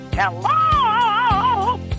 Hello